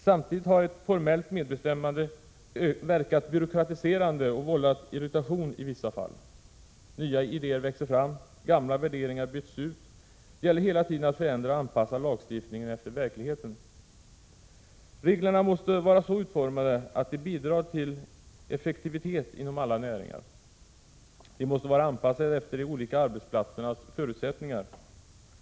Samtidigt har ett formellt medbestämmande verkat byråkratiserande och vållat irritation i vissa fall. Nya idéer växer fram, gamla värderingar byts ut. Det gäller hela tiden att förändra och anpassa lagstiftningen efter verkligheten. Reglerna måste vara så utformade att de bidrar till effektivitet inom alla näringar. De måste vara anpassade efter de olika arbetsplatsernas förutsättningar.